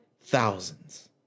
thousands